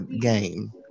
game